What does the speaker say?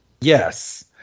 Yes